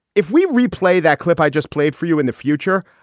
if we replay that clip i just played for you in the future.